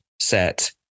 set